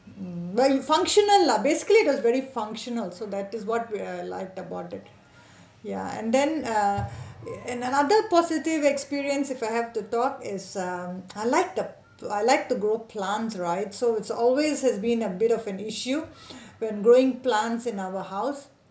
but in functional lah basically those very functional so that is what we ah like about it ya and then err and another positive experience if I have to talk is um I like the I like to grow plants right so it's always is being a bit of an issue when growing plants in our house